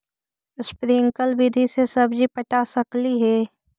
Sprinkle विधि से सब्जी पटा सकली हे?